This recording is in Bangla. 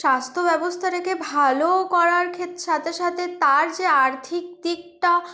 স্বাস্থ্য ব্যবস্থাটাকে ভালো করার সাথে সাথে তার যে আর্থিক দিকটা